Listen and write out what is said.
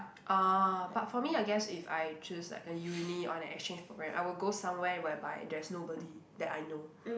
ah but for me I guess if I choose like a uni on an exchange program I will go somewhere whereby there's nobody that I know